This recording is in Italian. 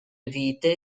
vite